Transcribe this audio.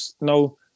no